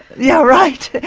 yeah right,